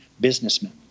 businessmen